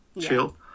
chill